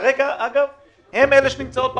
כרגע הן אלה שנמצאות בחזית,